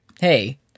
Hey